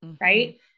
Right